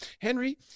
Henry